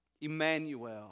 Emmanuel